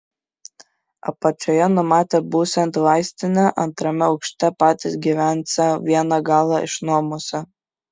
apačioje numatė būsiant vaistinę antrame aukšte patys gyvensią vieną galą išnuomosią